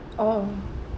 oh